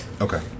Okay